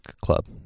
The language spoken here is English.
club